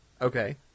Okay